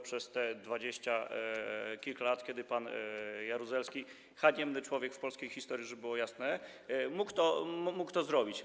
Przez te dwadzieścia kilka lat, kiedy żył pan Jaruzelski, haniebny człowiek w polskiej historii, żeby było jasne, można było to zrobić.